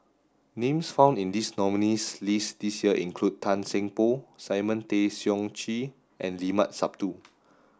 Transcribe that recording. names found in the nominees' list this year include Tan Seng Poh Simon Tay Seong Chee and Limat Sabtu